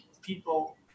people